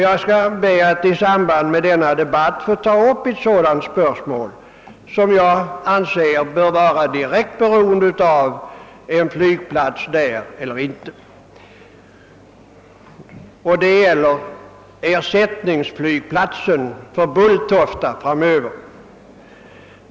Jag skall be att i denna debatt få ta upp ett sådant spörsmål, som jag anser direkt sammanhänger med frågan huruvida det blir en flygplats på Saltholm eller inte, Det gäller frågan om en ersättningsflygplats för Bulltofta.